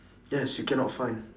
yes you cannot find